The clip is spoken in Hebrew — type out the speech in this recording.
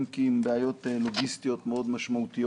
אם כי עם בעיות לוגיסטיות מאוד משמעותיות.